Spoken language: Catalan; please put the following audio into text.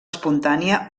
espontània